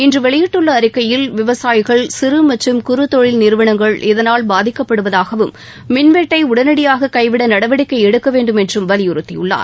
இன்று வெளியிட்டுள்ள அறிக்கையில் விவசாயிகள் சிறு மற்றும் குறு தொழில் நிறுவனங்கள் இதனால் பாதிக்கப்படுவதாகவும் மின்வெட்டை உடனடியாக கைவிட நடவடிக்கை எடுக்க வேண்டும் என்றும் வலியுறுத்தியுள்ளார்